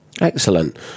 Excellent